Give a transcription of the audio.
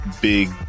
big